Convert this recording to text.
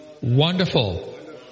Wonderful